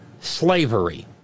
slavery